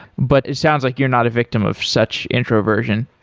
but it sounds like you're not a victim of such introversion